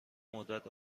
مدت